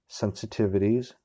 sensitivities